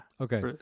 Okay